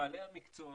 מבעלי המקצוע